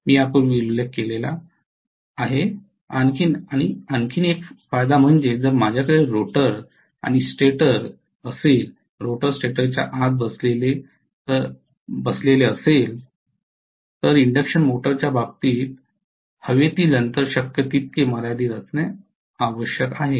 मी यापूर्वी उल्लेख केलेला आणखी एक फायदा म्हणजे जर माझ्याकडे रोटर आणि स्टेटर असेल रोटर स्टेटर च्या आत बसलेले असेल तर इंडक्शन मोटरच्या बाबतीत हवेतील अंतर शक्य तितके मर्यादित असणे आवश्यक आहे